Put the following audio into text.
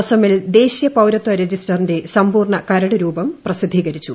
അസമിൽ ദേശീയ പൌരത്വ രജിസ്റ്ററിന്റെ സമ്പൂർണ്ണ കരട് രൂപം പ്രസിദ്ധീകരിച്ചു